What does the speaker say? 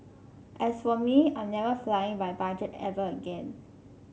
as for me I'm never flying by budget ever again